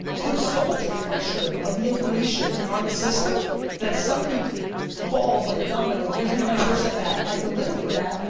put so much pressure of the information on the system that somebody falls like a domino, gives me my first at bat, i deliver for that,